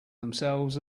themselves